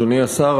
אדוני השר,